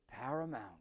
paramount